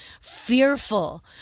Fearful